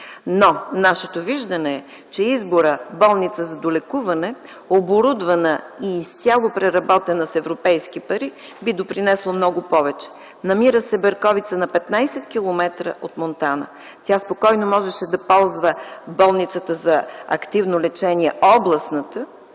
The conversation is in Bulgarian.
Нашето виждане е, че изборът „болница за долекуване”, оборудвана и изцяло преработена с европейски пари, би допринесло много повече. Берковица се намира на 15 км от Монтана. Спокойно можеше да ползва областната болницата за активно лечение с